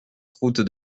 route